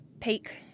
peak